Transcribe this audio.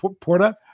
Porta